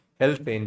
Health